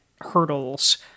hurdles